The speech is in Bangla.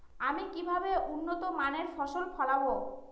আমি কিভাবে উন্নত মানের ফসল ফলাব?